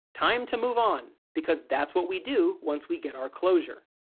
time to move on, because that's what we do once we get our closure.